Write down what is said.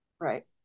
Right